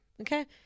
Okay